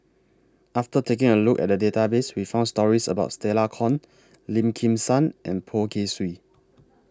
after taking A Look At The Database We found stories about Stella Kon Lim Kim San and Poh Kay Swee